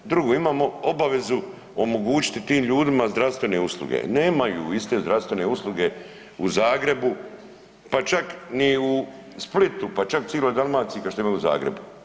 Drugo, imamo obavezu omogućiti tim ljudima zdravstvene usluge, nemaju iste zdravstvene usluge u Zagrebu, pa čak ni u Splitu, pa čak ciloj Dalmaciji kao što ima u Zagrebu.